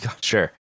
Sure